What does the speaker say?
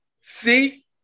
see